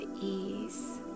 ease